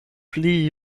pli